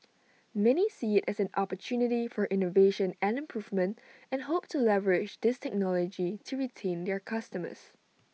many see IT as an opportunity for innovation and improvement and hope to leverage this technology to retain their customers